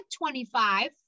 25